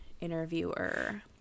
interviewer